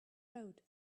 road